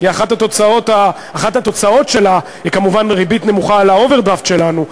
אחת התוצאות שלה היא כמובן ריבית נמוכה על האוברדרפט שלנו,